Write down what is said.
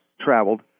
traveled